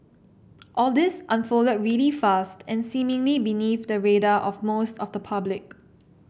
all this unfolded really fast and seemingly beneath the radar of most of the public